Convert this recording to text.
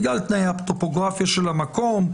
בגלל תנאי הטופוגרפיה של המקום,